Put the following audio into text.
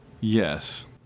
yes